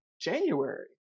January